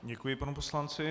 Děkuji panu poslanci.